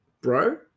bro